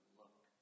look